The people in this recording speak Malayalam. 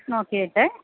നോക്കിയിട്ട്